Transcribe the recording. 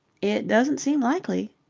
it doesn't seem likely.